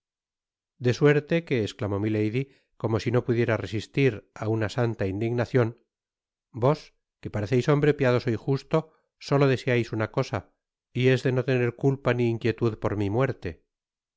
de suerte que esclamó milady como si no pudiera resistir á una santa indignacion vos que pareceis hombre piadoso y justo solo deseais una cosa y es de no tener culpa ni inquietud por mi muerte